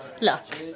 Look